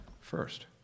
first